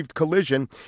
collision